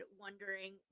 wondering